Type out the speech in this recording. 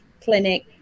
clinic